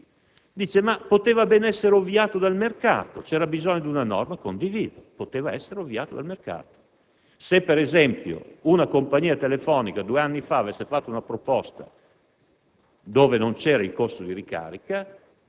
Questo è il principio. Si è detto che ciò poteva ben essere ovviato dal mercato, che non c'era bisogno di una norma. Condivido: poteva essere ovviato dal mercato. Se, per esempio, una compagnia telefonica, due anni fa, avesse avanzato una proposta